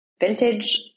vintage